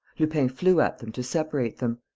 lupin flew at them to separate them.